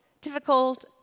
difficult